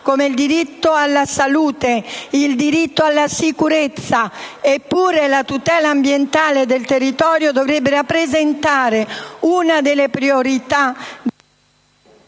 come il diritto alla salute, il diritto alla sicurezza; eppure la tutela ambientale e del territorio dovrebbe rappresentare una delle priorità